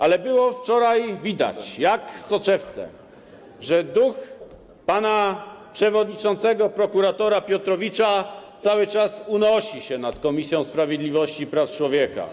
Ale wczoraj było widać jak w soczewce, że duch pana przewodniczącego prokuratora Piotrowicza cały czas unosi się nad Komisją Sprawiedliwości i Praw Człowieka.